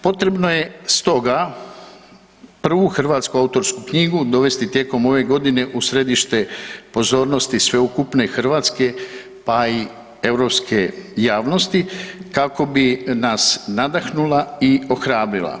Potrebno je stoga prvu hrvatsku autorsku knjigu dovesti tijekom ove godine u središte pozornosti sveukupne hrvatske pa i europske javnosti kako bi nas nadahnula i ohrabrila.